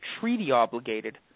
treaty-obligated